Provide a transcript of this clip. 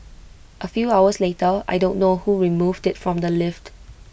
A few hours later I don't know who removed IT from the lift